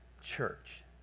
church